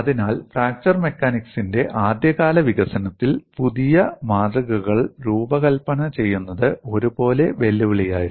അതിനാൽ ഫ്രാക്ചർ മെക്കാനിക്സിന്റെ ആദ്യകാല വികസനത്തിൽ പുതിയ മാതൃകകൾ രൂപകൽപ്പന ചെയ്യുന്നത് ഒരുപോലെ വെല്ലുവിളിയായിരുന്നു